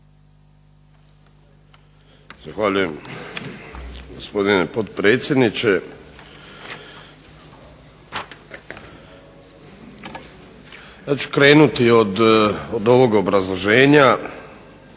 Zahvaljujem gospodine potpredsjedniče. Ja ću krenuti od ovog obrazloženja,